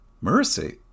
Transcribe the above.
Mercy